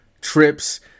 trips